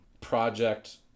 project